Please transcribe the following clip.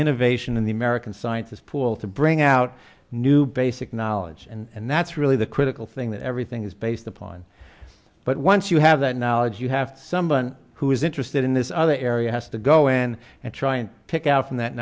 innovation in the american scientists pool to bring out new basic knowledge and that's really the critical thing that everything is based upon but once you have that knowledge you have somebody who is interested in this other area has to go in and try and pick out from that